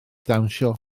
dawnsio